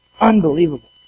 Unbelievable